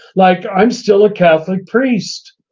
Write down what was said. like i'm still a catholic priest.